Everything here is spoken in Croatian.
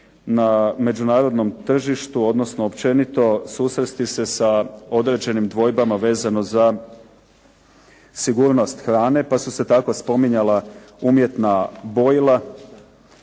na međunarodnom tržištu odnosno općenito susresti se sa određenim dvojbama vezano za sigurnost hrane, pa su se tako spominjala umjetna bojila